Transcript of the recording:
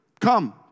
Come